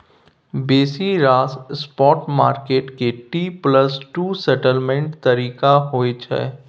बेसी रास spot market के टी प्लस टू सेटलमेंट्स तारीख होइ छै